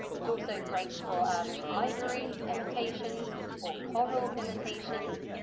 so so great for um ivory imitations or coral imitations,